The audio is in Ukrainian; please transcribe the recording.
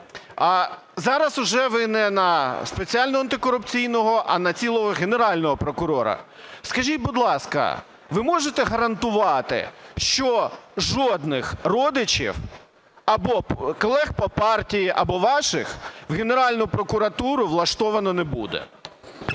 а зараз вже ви не на спеціального антикорупційного, а на цілого Генерального прокурора. Скажіть, будь ласка, ви можете гарантувати, що жодних родичів або колег по партії, або ваших в Генеральну прокуратуру влаштовано не буде.